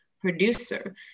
producer